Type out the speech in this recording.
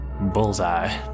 Bullseye